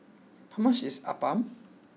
how much is Appam